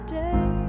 day